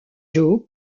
joe